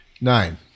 Nine